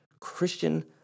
Christian